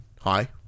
Hi